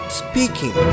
speaking